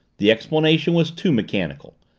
the explanation was too mechanical.